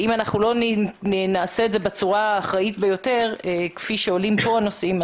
אם אנחנו לא נעשה את זה בצורה האחראית ביותר כפי שעולים כאן הנושאים,